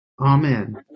Amen